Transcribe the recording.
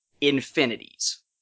Infinities